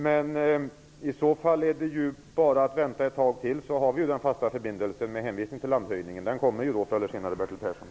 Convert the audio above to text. Men i så fall är det bara att vänta ett tag till, så får vi förr eller senare den fasta förbindelsen, Bertil Persson.